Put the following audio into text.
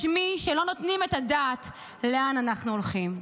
מי שלא נותנים את הדעת לאן אנחנו הולכים.